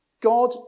God